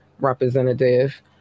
representative